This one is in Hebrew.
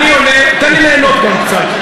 אני עולה, תן לי ליהנות גם, קצת.